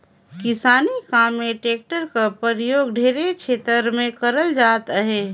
किसानी काम मे टेक्टर कर परियोग ढेरे छेतर मे करल जात अहे